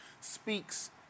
speaks